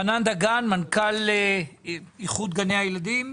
חנן דגן, מנכ"ל איחוד גני הילדים.